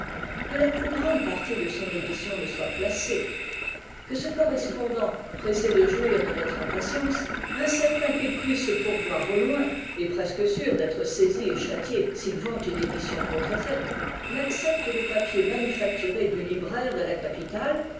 que la plus grande partie de son édition ne soit placée que ce correspondant pressé de jouir de notre impatience incertain qu'il puisse se pourvoir au loin et presque sûr d'être saisi et châtié s'il vend une édition contrefaite n'accepte le papier manufacturé du libraire de la capitale